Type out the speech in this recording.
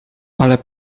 ale